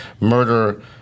murder